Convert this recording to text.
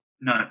No